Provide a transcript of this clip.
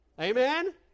Amen